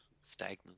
stagnant